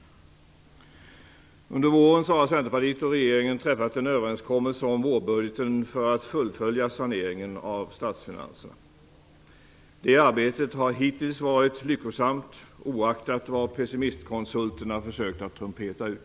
Under våren har Centerpartiet och regeringen träffat en överenskommelse om vårbudgeten för att fullfölja saneringen av statsfinanserna. Det arbetet har hittills varit lyckosamt, oaktat vad pessimistkonsulterna försökt trumpeta ut.